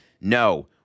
no